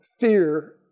fear